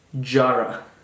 Jara